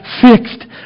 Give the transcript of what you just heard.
fixed